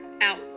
out